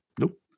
Nope